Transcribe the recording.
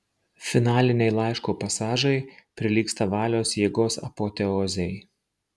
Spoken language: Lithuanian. finaliniai laiško pasažai prilygsta valios jėgos apoteozei